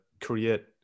create